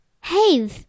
Hey